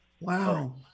wow